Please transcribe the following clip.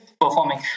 performing